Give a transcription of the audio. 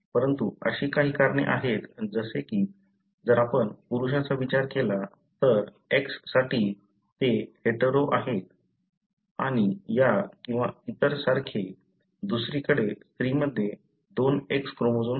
परंतु अशी काही प्रकरणे आहेत जसे की जर आपण पुरुषांचा विचार केला तर X साठी ते हेटेरो आहेत आणि या किंवा इतर सारखे दुसरीकडे स्त्रीमध्ये दोन X क्रोमोझोम्स आहेत